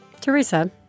Teresa